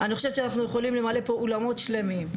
אני חושבת שאנחנו יכולים למלא פה אולמות שלמים,